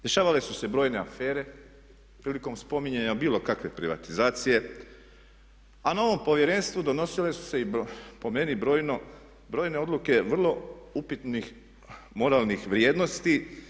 Dešavale su se brojne afere prilikom spominjanja bilo kakve privatizacije, a na novom povjerenstvu donosile su se i po meni brojne odluke vrlo upitnih moralnih vrijednosti.